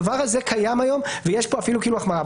הדבר הזה קיים היום ויש פה אפילו כאילו החמרה,